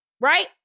right